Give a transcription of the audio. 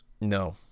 No